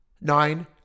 Nine